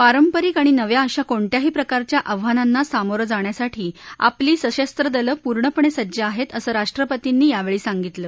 पारंपरिक आणि नव्या अशा कोणत्याही प्रकारच्या आव्हानांना सामोरं जाण्यासाठी आपली सशस्त्र दलं पूर्णपणसिज्ज आहत्ती असं राष्ट्रपतींनी यावछी सांगितलं